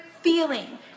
feeling